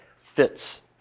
fits